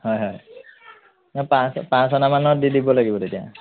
হয় হয় নাই পাঁচ পাঁচ অনামানত দি দিব লাগিব তেতিয়া